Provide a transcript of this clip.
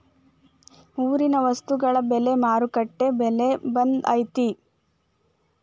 ಊರಿನ ವಸ್ತುಗಳ ಬೆಲೆ ಮಾರುಕಟ್ಟೆ ಬೆಲೆ ಒಂದ್ ಐತಿ?